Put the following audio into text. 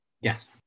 Yes